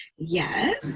yes,